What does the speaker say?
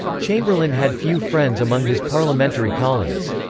chamberlain had few friends among his parliamentary colleagues.